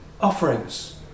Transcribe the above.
offerings